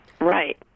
right